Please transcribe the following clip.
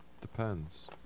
Depends